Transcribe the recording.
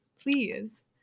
Please